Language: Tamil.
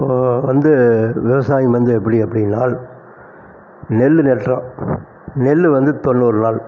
இப்போது வந்து விவசாயம் வந்து எப்படி எப்படினால் நெல் நடுறோம் நெல் வந்து தொண்ணூறு நாள்